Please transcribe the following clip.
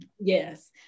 yes